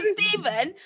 Stephen